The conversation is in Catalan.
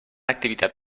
activitat